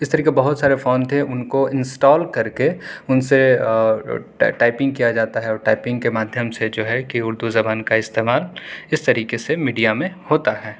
اس طریقے سے بہت سارے فونٹ ہے ان کو انسٹال کر کے ان سے ٹائپنگ کیا جاتا ہے اور ٹائپنگ کے مادھیم سے جو ہے کہ اردو زبان کا استعمال اس طریقے سے میڈیا میں ہوتا ہے